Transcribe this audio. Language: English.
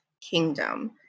kingdom